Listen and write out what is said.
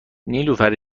نیلوفر